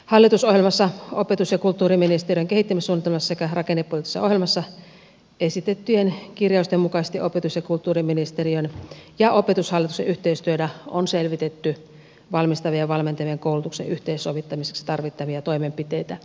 hallitusohjelmassa opetus ja kulttuuriministeriön kehittämissuunnitelmassa sekä rakennepoliittisessa ohjelmassa esitettyjen kirjausten mukaisesti opetus ja kulttuuriministeriön ja opetushallituksen yhteistyönä on selvitetty valmistavien ja valmentavien koulutuksien yhteensovittamiseksi tarvittavia toimenpiteitä